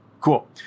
Cool